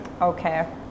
Okay